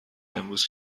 امروز